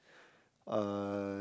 uh